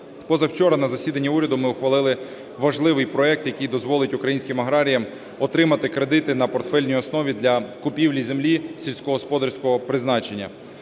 Позавчора на засіданні уряду ми ухвалили важливий проект, який дозволить українським аграріям отримати кредити на портфельній основі для купівлі землі сільськогосподарського призначення.